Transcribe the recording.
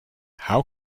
how